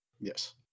Yes